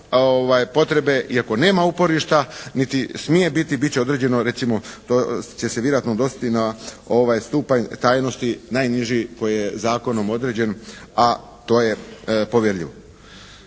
potrebe iako nema uporišta niti smije biti, biti će određeno će se vjerojatno odnositi na ovaj stupanj tajnosti najniži koji je zakonom određen, a to je povjerljivo.